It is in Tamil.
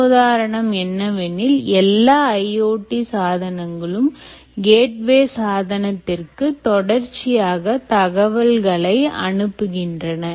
முன்னுதாரணம் என்னவெனில் எல்லா IoT சாதனங்களும் கேட்வே சாதனத்திற்கு தொடர்ச்சியாக தகவல்களை அனுப்புகின்றன